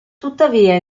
tuttavia